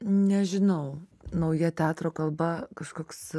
nežinau nauja teatro kalba kažkoks